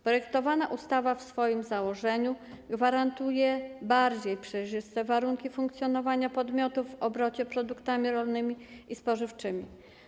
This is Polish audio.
Projektowana ustawa w swoim założeniu ma zagwarantować bardziej przejrzyste warunki funkcjonowania podmiotów w obrocie produktami rolnymi i spożywczymi.